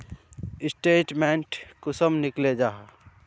Statement कुंसम निकले जाहा?